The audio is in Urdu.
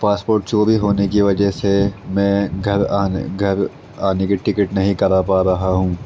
پاسپورٹ چوری ہونے کی وجہ سے میں گھر آنے گھر آنے کی ٹکٹ نہیں کرا پا رہا ہوں